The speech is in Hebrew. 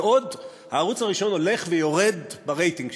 בעוד הערוץ הראשון הולך ויורד ברייטינג שלו,